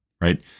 right